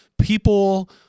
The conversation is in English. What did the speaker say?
people